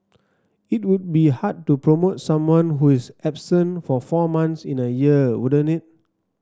it would be hard to promote someone who is absent for four months in a year wouldn't it